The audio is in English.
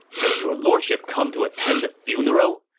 has your lordship come to attend the funeral?